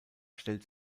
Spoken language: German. stellt